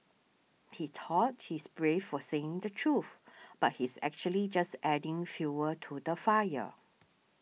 he thought he's brave for saying the truth but he's actually just adding fuel to the fire